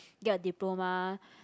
get a diploma